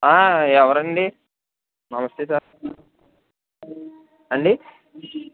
ఎవరండి నమస్తే సార్ అండి